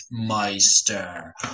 Meister